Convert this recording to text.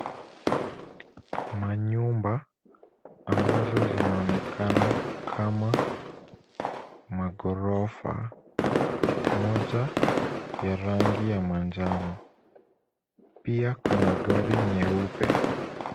Manyumba ambazo zinaonekana kama maghorofa, moja ya rangi ya manjano. Pia, kuna gari nyeupe.